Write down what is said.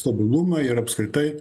stabilumą ir apskritai